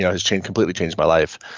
yeah has changed, completely changed my life.